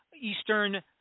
Eastern